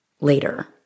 later